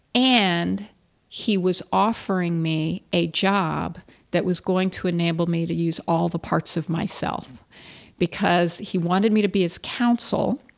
and he was offering me a job that was going to enable me to use all the parts of myself because he wanted me to be his counsel.